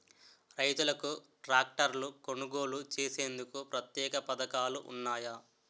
రైతులకు ట్రాక్టర్లు కొనుగోలు చేసేందుకు ప్రత్యేక పథకాలు ఉన్నాయా?